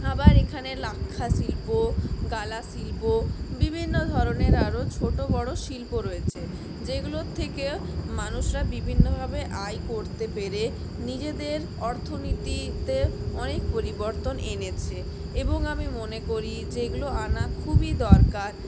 আবার এখানে লাক্ষা শিল্প গালা শিল্প বিভিন্ন ধরনের আরও ছোটো বড়ো শিল্প রয়েছে যেগুলোর থেকে মানুষরা বিভিন্নভাবে আয় করতে পেরে নিজেদের অর্থনীতিতে অনেক পরিবর্তন এনেছে এবং আমি মনে করি যে এগুলো আনা খুবই দরকার